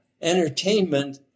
entertainment